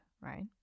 right